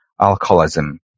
alcoholism